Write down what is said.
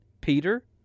Peter